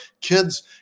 kids